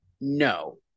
No